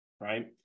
right